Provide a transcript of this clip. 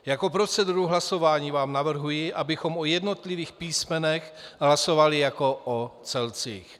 Jako proceduru hlasování vám navrhuji, abychom o jednotlivých písmenech hlasovali jako o celcích.